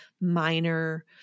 minor